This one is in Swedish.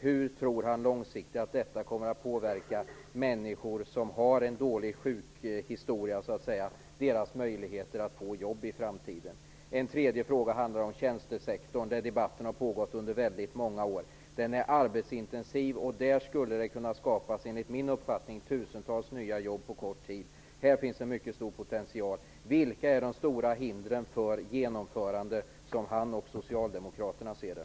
Hur tror han långsiktigt att detta kommer att påverka människor som har, så att säga, en dålig sjukdomshistoria och deras möjligheter att få jobb i framtiden? Jag har en ytterligare fråga som handlar om tjänstesektorn, där debatten har pågått under väldigt många år. Den är arbetsintensiv, och enligt min uppfattning skulle tusentals nya jobb kunna skapas där på kort tid. Där finns en mycket stor potential. Vilka är de stora hindren för genomförande av detta, som Reynoldh Furustrand och Socialdemokraterna ser det?